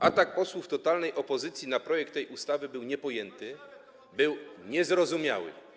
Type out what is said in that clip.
Atak posłów totalnej opozycji na projekt tej ustawy był niepojęty, niezrozumiały.